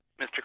Mr